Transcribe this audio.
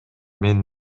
мен